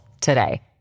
today